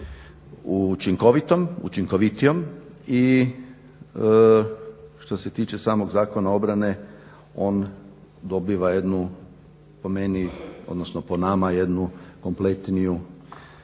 učinkovitom, učinkovitijom. I što se tiče samog Zakona o obrani on dobiva jednu po meni, odnosno po nama, jednu kompletniju